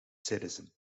citizen